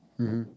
mmhmm